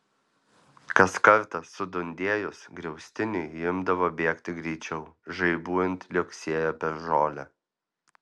kas kartą sudundėjus griaustiniui ji imdavo bėgti greičiau žaibuojant liuoksėjo per žolę